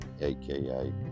aka